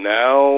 now